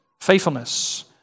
faithfulness